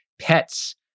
pets